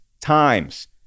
times